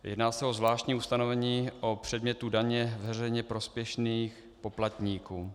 Jedná se o zvláštní ustanovení o předmětu daně veřejně prospěšných poplatníků.